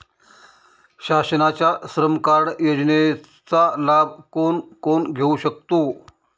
शासनाच्या श्रम कार्ड योजनेचा लाभ कोण कोण घेऊ शकतो?